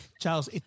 Charles